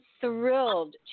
thrilled